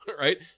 right